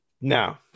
No